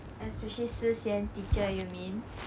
especially si xian teacher you mean